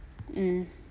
mm